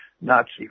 Nazi